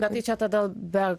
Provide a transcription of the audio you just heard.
bet tai čia tada be